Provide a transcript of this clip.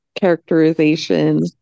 characterization